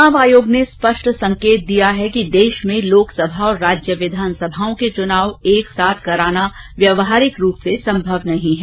चुनाव आयोग ने स्पष्ट संकेत दिया है कि देश में लोकसभा और राज्य विधानसभाओं के चुनाव एक साथ करना व्यावहारिक रूप से संभव नहीं है